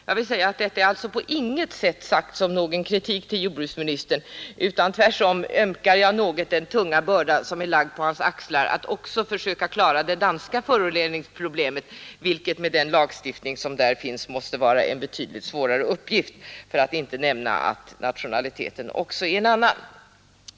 Jag vill framhålla att detta på intet sätt utgör någon kritik mot jordbruksministern, utan tvärtom ömkar jag något den tunga börda som är lagd på hans axlar att också försöka klara det danska föroreningsproblemet, vilket med den lagstiftning som där finns måste vara en betydligt svårare uppgift — för att inte nämna att nationaliteten också är en annan.